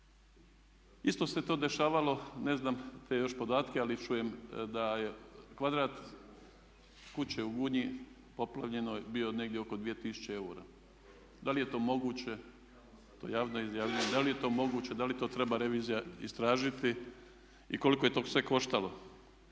Isto se to dešavalo, ne znam te još podatke ali čujem da je kvadrat kuće u Gunji poplavljenoj bio negdje oko 2000 eura. Da li je to moguće? To javno izjavljujem, da li je to moguće, da li to treba revizija istražiti i koliko je to sve koštalo.